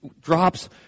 drops